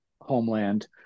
homeland